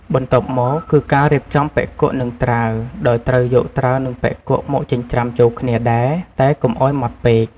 បន្ទាប់មក គឺការរៀបចំបុិគក់ និងត្រាវ ដោយត្រូវយក ត្រាវ និង បុិគក់ មកចិញ្ច្រាំចូលគ្នាដែរ តែកុំឱ្យម៉ដ្ឋពេក។